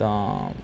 ਤਾਂ